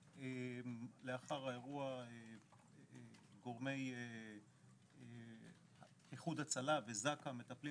לאחר האירוע גורמי איחוד הצלה וזק"א מטפלים